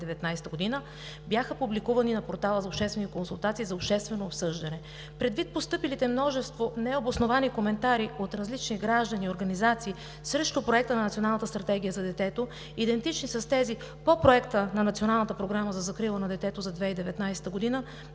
2019 г., бяха публикувани на портала за обществени консултации за обществено обсъждане. Предвид постъпилите множество необосновани коментари от различни граждани и организации срещу проекта на Националната стратегия за детето, идентични с тези по Проекта на Националната програма за закрила на детето за 2019 г.,